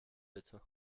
bitte